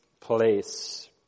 place